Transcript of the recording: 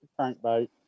crankbait